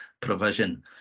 provision